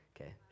Okay